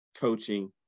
coaching